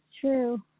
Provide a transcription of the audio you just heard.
true